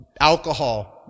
alcohol